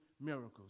miracles